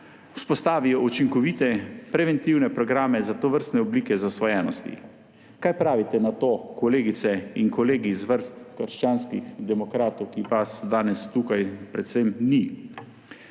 vzpostavijo učinkovite preventivne programe za tovrstne oblike zasvojenosti. Kaj pravite na to, kolegice in kolegi iz vrst krščanskih demokratov, ki vas danes tukaj predvsem ni?